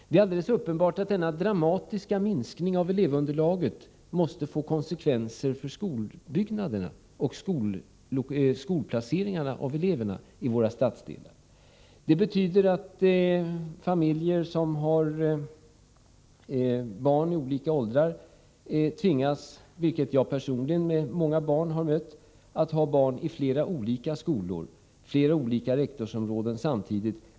Det är alldeles uppenbart att denna dramatiska minskning av elevunderlaget måste få konsekvenser när det gäller skolbyggnaderna och skolplaceringen av eleverna i våra stadsdelar. Familjer som har barn i olika åldrar tvingas — vilket också gäller mig personligen, som har många barn — att ha barn i flera olika skolor och i flera olika rektorsområden samtidigt.